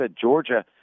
Georgia